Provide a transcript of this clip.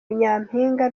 nyampinga